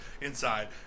inside